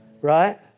right